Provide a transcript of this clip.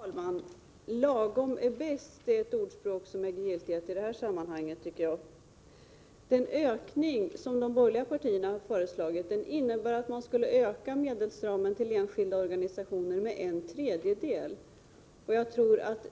Herr talman! Lagom är bäst, är ett ordspråk som äger giltighet i detta sammanhang. Den ökning som de borgerliga partierna har föreslagit innebär att medelsramen för enskilda organisationer skulle ökas med en tredjedel.